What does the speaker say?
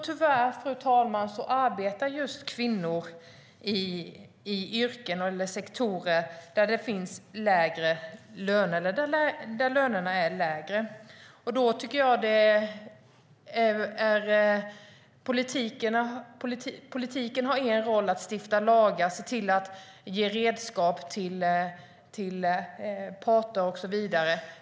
Tyvärr, fru talman, arbetar just kvinnor i yrken och i sektorer där lönerna är lägre. Politiken har en roll att stifta lagar och se till att ge redskap till parter, och så vidare.